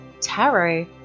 tarot